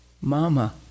Mama